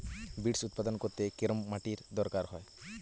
Beets উৎপাদন করতে কেরম মাটির দরকার হয়?